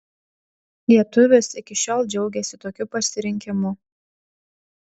lietuvis iki šiol džiaugiasi tokiu pasirinkimu